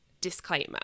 disclaimer